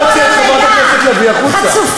חצופה, נא להוציא את חברת הכנסת לביא החוצה.